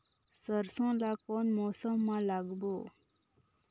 सरसो ला कोन मौसम मा लागबो?